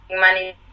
money